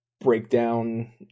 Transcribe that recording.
breakdown